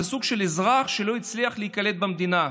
זה סוג של אזרח שלא הצליח להיקלט במדינה,